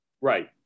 Right